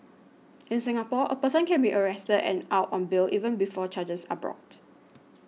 in Singapore a person can be arrested and out on bail even before charges are brought